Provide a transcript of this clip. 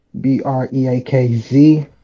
b-r-e-a-k-z